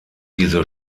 diese